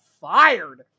fired